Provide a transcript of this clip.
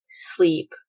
sleep